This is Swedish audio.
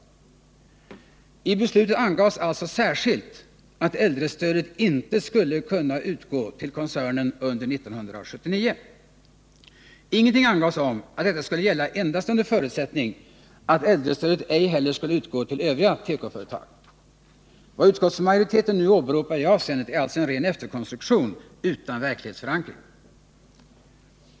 I beslutet angavs alltså särskilt, att äldrestödet inte skulle kunna utgå till koncernen under 1979. Ingenting angavs om att detta skulle gälla endast under förutsättning att äldrestödet ej heller skulle utgå till övriga tekoföretag. Vad utskottsmajoriteten nu åberopar i det avseendet är alltså en ren efterhandskonstruktion utan verklighetsförankring.